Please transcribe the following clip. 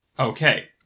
Okay